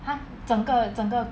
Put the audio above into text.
!huh! 整个整个